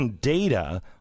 data